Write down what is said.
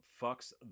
fucks